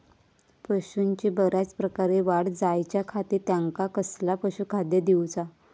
पशूंची बऱ्या प्रकारे वाढ जायच्या खाती त्यांका कसला पशुखाद्य दिऊचा?